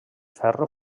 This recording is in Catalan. ferro